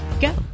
go